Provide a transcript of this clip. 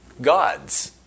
gods